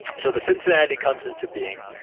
so the cincinnati comes into being,